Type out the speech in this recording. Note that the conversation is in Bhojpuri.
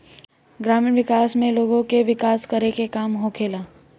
ग्रामीण विकास में लोग के विकास करे के काम होखेला